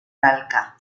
talca